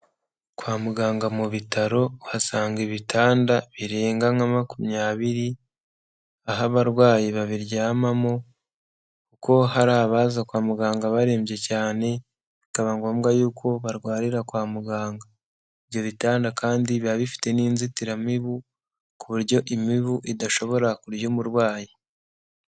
Kwa muganga mu bitaro uhasanga ibitanda birenga nka makumyabiri, aho abarwayi babiryamamo kuko hari abaza kwa muganga barembye cyane, bikaba ngombwa yuko barwarira kwa muganga. Ibyo bitanda kandi biba bifite n'inzitiramibu, ku buryo imibu idashobora kurya umurwayi.